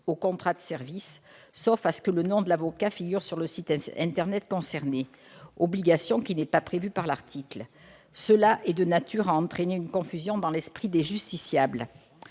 un contrat de services, sauf à ce que le nom de l'avocat figure sur le site internet concerné, obligation qui n'est pas prévue par l'article. Ce dispositif est de nature à entraîner une confusion dans l'esprit des justiciables.